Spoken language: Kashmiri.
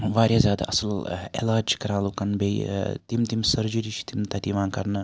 واریاہ زیادٕ اصل علاج چھِ کَران لُکَن بیٚیہِ تِم تِم سرجریٖز چھِ تِم تَتہِ یِوان کَرنہٕ